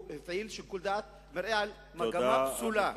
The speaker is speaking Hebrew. הוא הפעיל שיקול דעת המראה על מגמה פסולה,